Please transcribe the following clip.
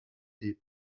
des